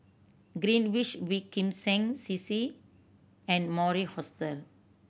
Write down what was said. Greenwich V Kim Seng C C and Mori Hostel